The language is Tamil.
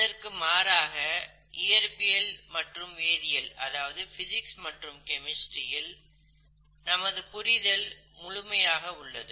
இதற்கு மாறாக இயற்பியல் மற்றும் வேதியியல் இல் நமது புரிதல் முழுமையாக உள்ளது